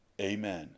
Amen